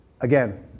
Again